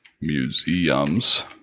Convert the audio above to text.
museums